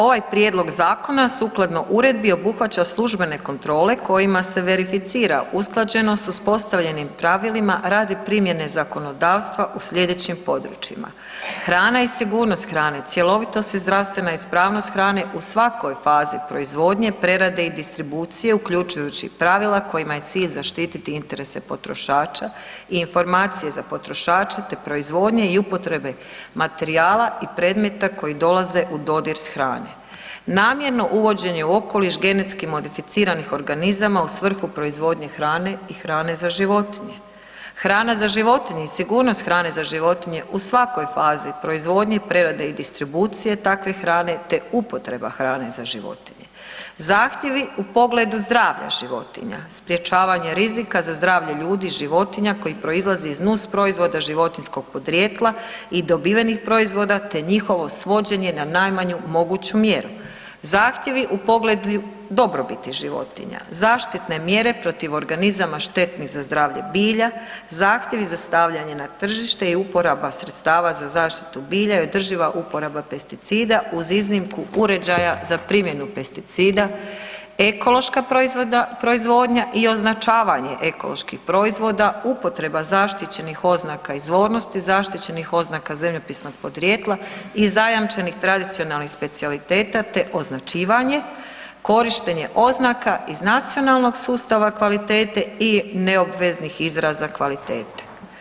Ovaj prijedlog zakona sukladno uredbi obuhvaća službene kontrole kojima se verificira usklađenost uspostavljenim pravilima radi primjene zakonodavstva u slijedećim područjima: hrana i sigurnost hrane, cjelovitost i zdravstvena ispravnost hrane u svakoj fazi proizvodnje, preradi i distribucije uključujući pravila kojima je cilj zaštititi interese potrošača, informacije za potrošače te proizvodnju i upotrebe materijala i predmeta koji dolaze u dodir s hranom, namjerno uvođenje u okoliš GMO-a u svrhu proizvodnje hrane i hrane za životinje, hrana za životinje i sigurnost hrane za životinje u svakoj fazi proizvodnje, prerade i distribucije takve hrane te upotreba hrane za životinje, zahtjevi u pogledu zdravlja životinja, sprječavanje rizika za zdravlje ljudi i životinja koji proizlazi iz nusproizvoda životinjskog podrijetla te njihovo svođenje na najmanju mogu mjeru, zahtjevi u pogledu dobrobiti životinja, zaštitne mjere protiv organizama štetnih za zdravlje bilja, zahtjevi za stavljanje na tržište i uporaba sredstava za zaštitu bilja i održiva uporaba pesticida uz iznimku uređaja za primjenu pesticida, ekološka proizvodnja i označavanje ekoloških proizvoda, upotreba zaštićenih oznaka izvornosti, zaštićenih oznaka zemljopisnog podrijetla i zajamčenih tradicionalnih specijaliteta te označivanje, korištenje oznaka iz nacionalnog sustava kvalitete i neobveznih izraza kvalitete.